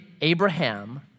Abraham